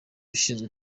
ushinzwe